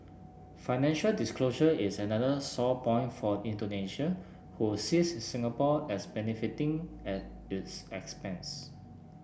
financial disclosure is another sore point for Indonesia who sees Singapore as benefiting at its expense